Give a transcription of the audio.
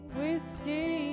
whiskey